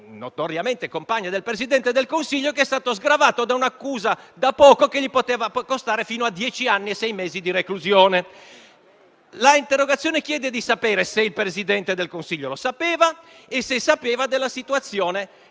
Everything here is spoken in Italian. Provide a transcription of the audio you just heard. notoriamente la compagna del Presidente del Consiglio, che è stato sgravato da un'accusa da poco che gli poteva costare fino a dieci anni e sei mesi di reclusione. L'interrogazione chiede di sapere se il Presidente del Consiglio ne era a conoscenza e se aveva contezza della situazione